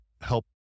help